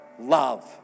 Love